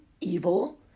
evil